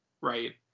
right